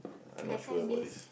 Gai Gai means